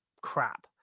crap